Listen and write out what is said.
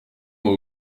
moi